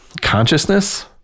consciousness